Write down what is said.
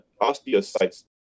osteocytes